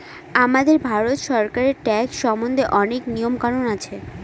আমাদের ভারত সরকারের ট্যাক্স সম্বন্ধে অনেক নিয়ম কানুন আছে